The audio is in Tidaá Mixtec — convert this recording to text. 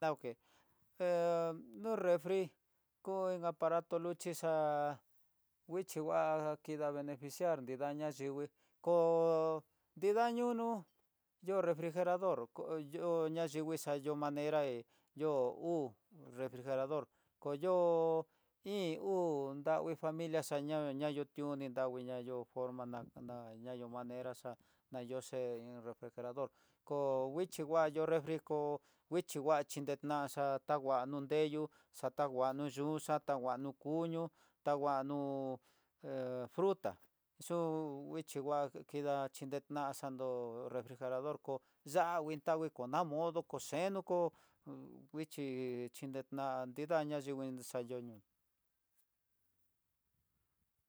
Dauke no refri, ko aparato luxhi xa'á nguixhi ngua kida beneficiar nrida, ña yingui ko nrida ña ñunu ño refrijerador ko yo iin uu, ndangui ña yo forma na na yo'ó manera xa'á na yoxe refrijerador, ko nguixhi ngua yo refrir kó nguixhi ngua xhine nraxhiá ta nguano nreyu xatangua nu yuxa'á ta nguano kuñoo, tanguano fruta xu nguixhi ngua kidá xhinen da xando refrijerador kó ya'á ngui tangui ko namodo kó cheno ko nguixhi xhinena, tindañan yingui xayoño.